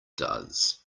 does